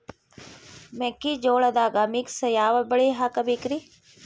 ಮೆಕ್ಕಿಜೋಳದಾಗಾ ಮಿಕ್ಸ್ ಯಾವ ಬೆಳಿ ಹಾಕಬೇಕ್ರಿ?